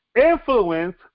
influence